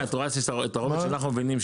את רואה את הרובד שאנחנו מבינים,